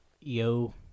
Yo